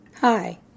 Hi